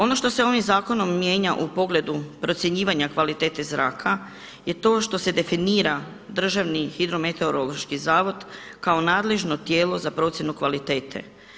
Ono što se ovim zakonom mijenja u pogledu procjenjivanja kvalitete zraka je to što se definira Državni hidrometeorološki zavod kao nadležno tijelo za procjenu kvalitete.